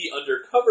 undercover